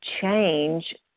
change